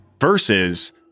versus